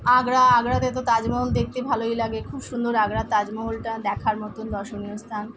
আগ্রা আগ্রাতে তো তাজমহল দেখতে ভালোই লাগে খুব সুন্দর আগ্রার তাজমহলটা দেখার মতন দর্শনীয় স্থান